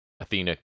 Athena